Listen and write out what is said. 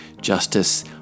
justice